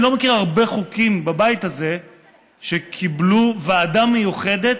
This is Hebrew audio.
אני לא מכיר הרבה חוקים בבית הזה שקיבלו ועדה מיוחדת